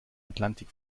atlantik